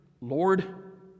Lord